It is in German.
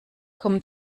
kommen